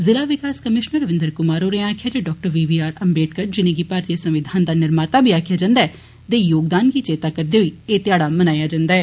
जिला विकास कमिशनर रविंदर कुमार होरें आखेआ जे डाक्टर बी आर अम्बेडकर जिने'गी भारती संविधान दा निर्माता बी आखेआ जंदा ऐ दे योगदान गी चेत्ता करदे होई एह् ध्याड़ा मनाया जंदा ऐ